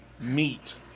meat